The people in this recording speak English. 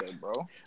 bro